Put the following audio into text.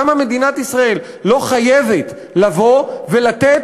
למה מדינת ישראל לא חייבת לבוא ולתת